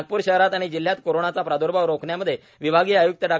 नागपूर शहरात आणि जिल्ह्यात कोरोनाचा प्रादुर्भाव रोखण्यामध्ये विभागीय आय्क्त डॉ